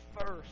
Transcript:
first